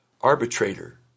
arbitrator